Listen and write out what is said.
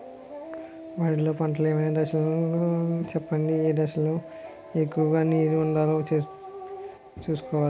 వరిలో పంటలు ఏమైన దశ లను చెప్పండి? ఏ దశ లొ ఎక్కువుగా నీరు వుండేలా చుస్కోవలి?